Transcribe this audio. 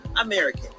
American